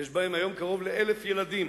שיש בהם היום קרוב ל-1,000 ילדים.